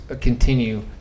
continue